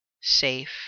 safe